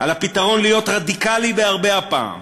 "על הפתרון להיות רדיקלי בהרבה הפעם.